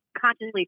consciously